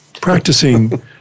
practicing